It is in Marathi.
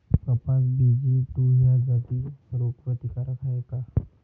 कपास बी.जी टू ह्या जाती रोग प्रतिकारक हाये का?